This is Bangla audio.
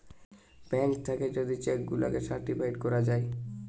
ব্যাঙ্ক থাকে যদি চেক গুলাকে সার্টিফাইড করা যায়